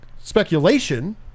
speculation